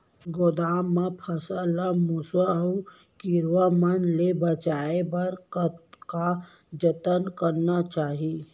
गोदाम मा फसल ला मुसवा अऊ कीरवा मन ले बचाये बर का जतन करना चाही?